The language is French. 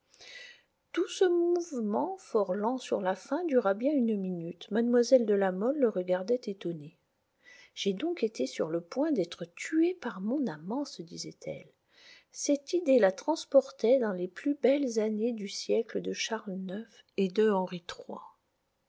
tout ce mouvement fort lent sur la fin dura bien une minute mlle de la mole le regardait étonnée j'ai donc été sur le point d'être tuée par mon amant se disait-elle cette idée la transportait dans les plus belles années du siècle de charles ix et de henri